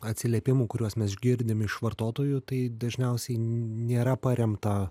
atsiliepimų kuriuos mes girdim iš vartotojų tai dažniausiai nėra paremta